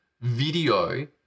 video